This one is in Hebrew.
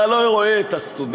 אתה לא רואה את הסטודנטים,